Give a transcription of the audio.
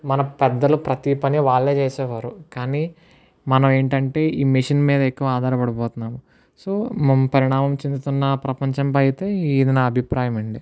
మన పెద్దలు ప్రతి పని వాళ్ళే చేసేవారు కానీ మనము ఏంటంటే ఈ మిషన్ మీద ఎక్కువ ఆధారపడి పోతున్నాము సో మా పరిణామం చెందుతున్న ప్రపంచంపై అయితే ఇది నా అభిప్రాయం అండి